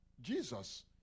Jesus